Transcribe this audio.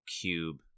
cube